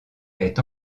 est